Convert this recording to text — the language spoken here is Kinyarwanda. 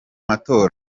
matora